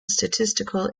statistical